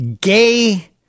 gay